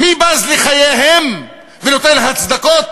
מי בז לחייהם ונותן הצדקות